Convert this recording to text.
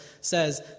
says